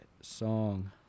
song